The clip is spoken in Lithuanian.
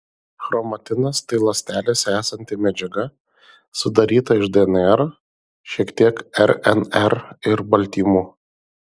chromatinas tai ląstelėse esanti medžiaga sudaryta iš dnr šiek tiek rnr ir baltymų